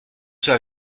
soit